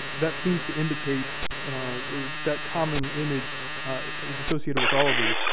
that seems to indicate that common image is associated with all of these.